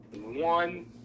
one